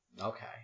Okay